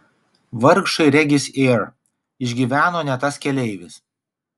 vargšai regis air išgyveno ne tas keleivis